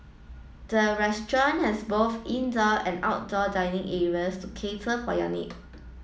the restaurant has both indoor and outdoor dining areas to cater for your need